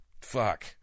Fuck